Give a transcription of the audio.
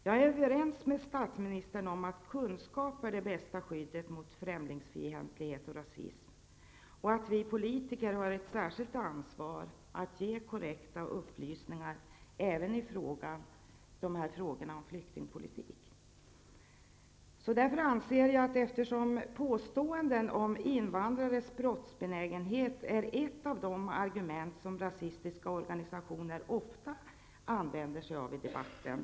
Jag är överens med statsministern om att kunskap är det bästa skyddet mot främlingsfientlighet och rasism samt att vi politiker har ett särskilt ansvar att ge korrekta upplysningar även i frågor om flyktingpolitik. Påståenden om invandrares brottsbenägenhet är ett av de argument som rasistiska organisationer ofta använder sig av i debatten.